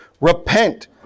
Repent